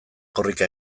korrika